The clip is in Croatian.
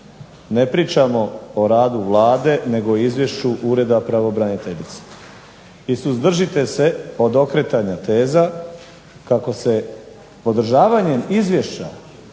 Ne pričamo o radu Vlade, nego o Izvješću Ureda pravobraniteljice. I suzdržite se od okretanja teza kako se podržavanjem Izvješća